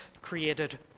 created